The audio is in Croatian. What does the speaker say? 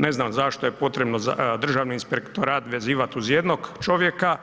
Ne znam zašto je potrebno Državni inspektorat potrebno vezivat uz jednog čovjeka